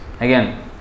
Again